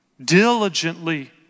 Diligently